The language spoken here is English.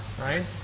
right